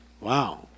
Wow